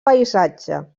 paisatge